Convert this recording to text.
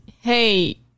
hey